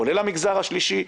כולל המגזר השלישי.